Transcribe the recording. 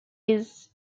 his